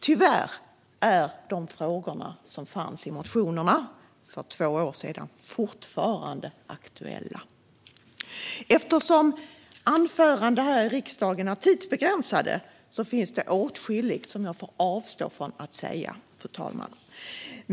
Tyvärr är de frågor som togs upp i motionerna för två år sedan fortfarande aktuella. Eftersom anföranden här i riksdagen är tidsbegränsade är det åtskilligt som jag får avstå från att säga, fru talman.